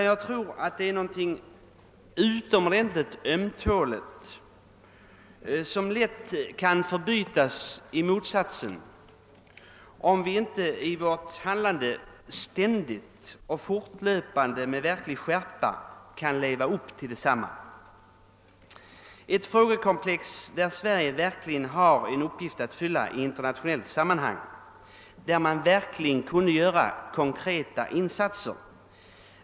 Jag tror det är någonting ömtåligt som lätt kan förbytas i motsatsen, om vi inte i vårt handlande ständigt och med verklig skärpa kan leva upp till det. Det finns ett frågekomplex beträffande vilket Sverige verkligen har en uppgift att fylla i internationellt sammanhang genom att göra konkreta insatser.